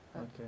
Okay